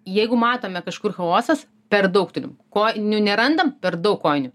jeigu matome kažkur chaosas per daug turim kojinių nerandam per daug kojinių